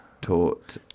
Taught